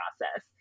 process